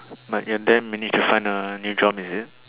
but you're then you need to find a new job is it